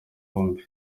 bombi